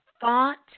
thought